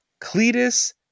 Cletus